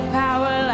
power